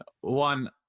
one